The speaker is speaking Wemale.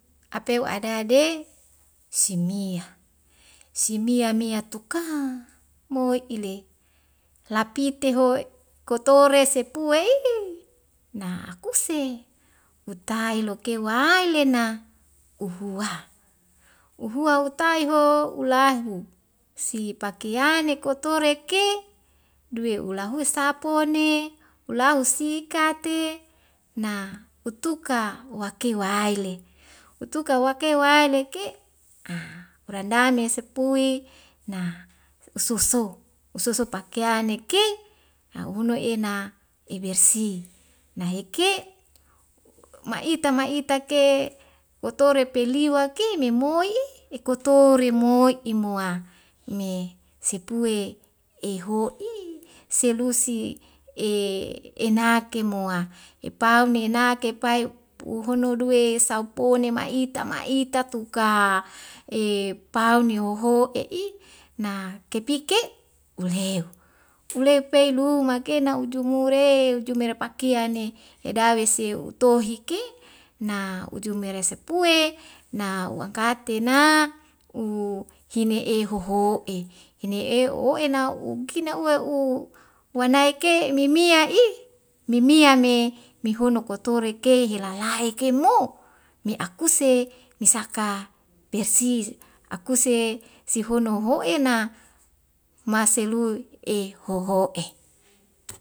Apeu adade simiah simia mia tuka moi ile lapite hoe kotore sepue ihi na akuse utai loke waelena uhua uhua utai ho ulaihu sipakiane kotorek ke duwe ulahusapone ulahu sikate na utuka wake wa'aele utuka wake wa'aele ke' a kurandame sepui na u soso' u soso' pakeane ke a hunu ena ebersi naike u ma'ita ma'ita ke kotore peliwak ke me moi'i ekotore moi'i mua me sepue eho'i selusi e enake moa epaune ena kepai puhunu duwe saupone ma'ita ma'ita tu ka e paune hoho'e i na kepike uleu uleu peulu makena u jumur re ujumera pakiane edawese utohi ke na uju meresep pue na u angkatena u hine'e hoho'e hine'e hoho'e enau ungkina uwe u wanai ke mimia i mimia me mehono kotore ke helalae ke mo' me akuse misika bersi akuse sihono hoho'ena maselui e hoho'e